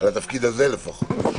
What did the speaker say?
התפקיד הזה לפחות.